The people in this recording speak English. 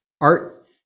art